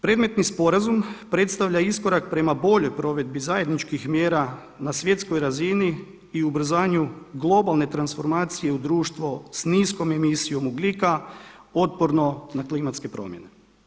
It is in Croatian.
Predmetni sporazum predstavlja iskorak prema boljoj provedbi zajedničkih mjera na svjetskoj razini i ubrzanju globalne transformacije u društvo s niskom emisijom ugljika otporno na klimatske promjene.